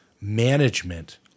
management